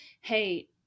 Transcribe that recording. hey